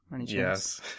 yes